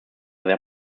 their